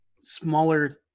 smaller